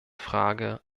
frage